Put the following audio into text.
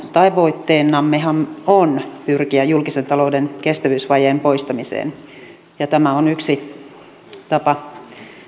tavoitteenammehan on pyrkiä julkisen talouden kestävyysvajeen poistamiseen ja tämä on yksi tapa